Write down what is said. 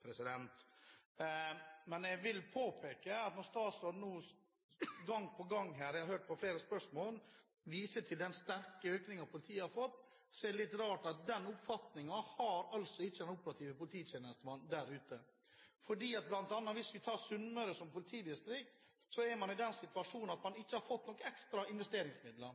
Jeg vil påpeke at når statsråden nå gang på gang – jeg har hørt på flere av spørsmålene – viser til den sterke økningen politiet har fått, er det litt rart at den oppfatningen har altså ikke den operative polititjenestemann der ute. Hvis vi tar Sunnmøre politidistrikt, er man i den situasjonen at man ikke har fått noen ekstra investeringsmidler.